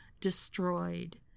destroyed